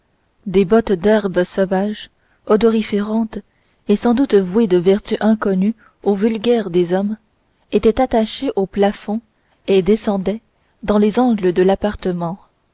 des bottes d'herbes sauvages odoriférantes et sans doute douées de vertus inconnues au vulgaire des hommes étaient attachées au plafond et descendaient dans les angles de l'appartement